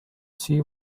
see